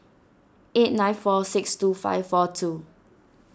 eight nine four six two five four two